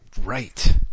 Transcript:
Right